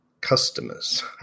customers